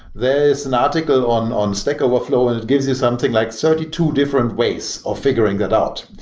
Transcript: there's an article on on stack overflow and it gives you something like thirty two different ways of figuring that out.